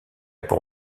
pour